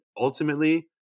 ultimately